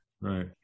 Right